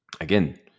again